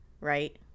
right